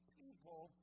people